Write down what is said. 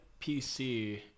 pc